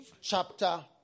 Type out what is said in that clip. Chapter